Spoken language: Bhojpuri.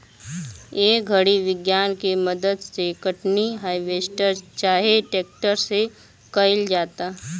ए घड़ी विज्ञान के मदद से कटनी, हार्वेस्टर चाहे ट्रेक्टर से कईल जाता